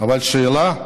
אבל השאלה: